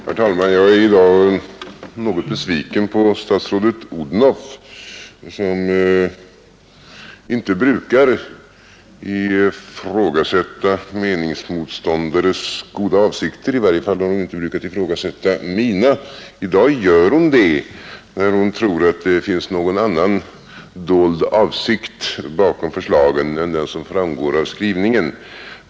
Herr talman! Jag är i dag något besviken över statsrådet Odhnoff, som inte brukar ifrågasätta meningsmotståndares goda avsikter — i varje fall har hon inte brukat ifrågasätta mina. I dag gör hon det, när hon tror att det finns någon annan, dold avsikt bakom förslagen än den som framgår av skrivningen.